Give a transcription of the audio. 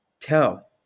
tell